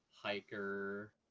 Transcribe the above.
hiker